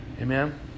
Amen